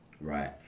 right